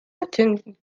attended